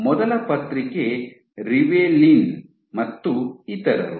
ಮೊದಲ ಪತ್ರಿಕೆ ರಿವೆಲೈನ್ ಮತ್ತು ಇತರರು